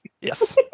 Yes